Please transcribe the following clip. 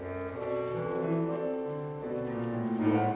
yeah yeah